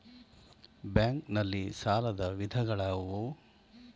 Bank ನಲ್ಲಿ ಸಾಲದ ವಿಧಗಳಾವುವು?